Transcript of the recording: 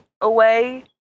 away